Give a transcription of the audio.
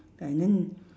and then